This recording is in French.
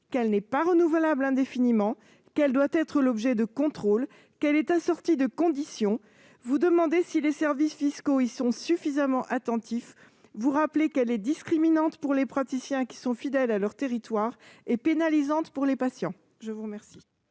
qu'elle n'est pas renouvelable indéfiniment, qu'elle doit être l'objet de contrôles, qu'elle est assortie de conditions- les services fiscaux y sont-ils suffisamment attentifs ? -et qu'elle est discriminante pour les praticiens qui sont fidèles à leur territoire et pénalisante pour les patients. L'amendement